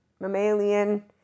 mammalian